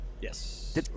Yes